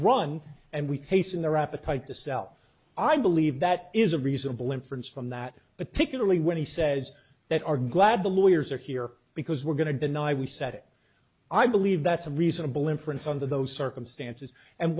run and we hasten their appetite to sell i believe that is a reasonable inference from that particularly when he says that are glad the lawyers are here because we're going to deny we said it i believe that's a reasonable inference under those circumstances and